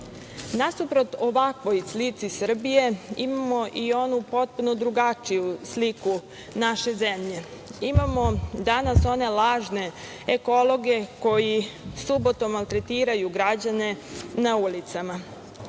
Evropi. Nasuprot ovakvoj slici Srbije imamo i onu potpuno drugačiju sliku naše zemlje. Imamo danas one lažne ekologe koje subotom maltretiraju građane na ulicama.